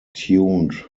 tuned